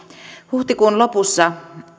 huhtikuun lopussa